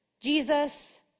Jesus